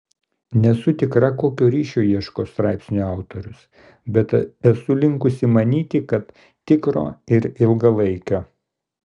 nesu tikra kokio ryšio ieško straipsnio autorius bet esu linkusi manyti kad tikro ir ilgalaikio